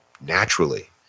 naturally